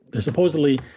supposedly